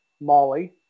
Molly